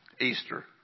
Easter